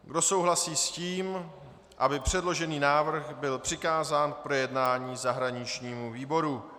Kdo souhlasí s tím, aby předložený návrh byl přikázán k projednání zahraničnímu výboru?